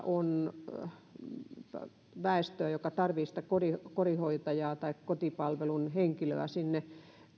on väestöä joka tarvitsee kodinhoitajaa tai kotipalvelun henkilöä sinne